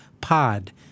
Pod